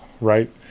right